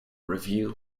review